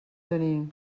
tenir